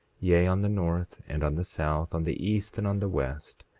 yea, on the north and on the south, on the east and on the west,